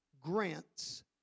grants